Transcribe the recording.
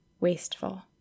wasteful